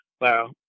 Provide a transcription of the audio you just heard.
Wow